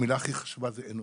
המילה הכי חשובה זה אנושי,